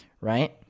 right